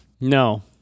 No